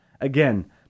Again